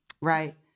right